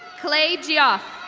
clay geoff.